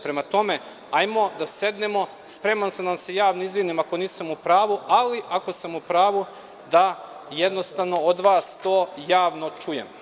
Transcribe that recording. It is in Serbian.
Prema tome hajde da sednemo, spreman sam da se javno izvinim ako nisam u pravu, ali ako sam u pravu da od vas to javno čujem.